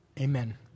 amen